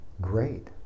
Great